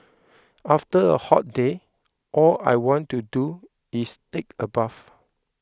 after a hot day all I want to do is take a bath